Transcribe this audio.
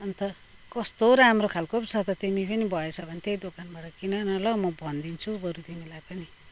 अन्त कस्तो राम्रो खालको पो छ त तिमी पनि भएछ भने त्यही दोकानबाट किन न ल म भनिदिन्छु बरू तिमीलाई पनि